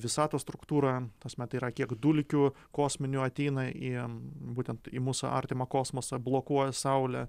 visatos struktūra ta prasme tai yra kiek dulkių kosminių ateina į būtent į mūsų artimą kosmosą blokuoja saulę